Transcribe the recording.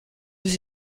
aux